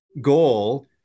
goal